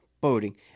boating